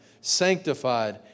sanctified